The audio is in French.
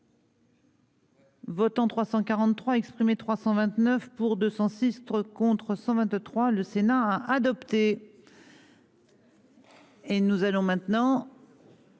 Votants 343 exprimés, 329 pour 206 heures contre 123, le Sénat a adopté. Et nous allons maintenant.